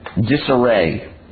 disarray